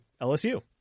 LSU